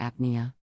apnea